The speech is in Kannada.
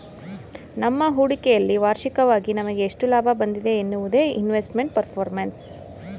ನಮ್ಮ ಹೂಡಿಕೆಯಲ್ಲಿ ವಾರ್ಷಿಕವಾಗಿ ನಮಗೆ ಎಷ್ಟು ಲಾಭ ಬಂದಿದೆ ಎನ್ನುವುದೇ ಇನ್ವೆಸ್ಟ್ಮೆಂಟ್ ಪರ್ಫಾರ್ಮೆನ್ಸ್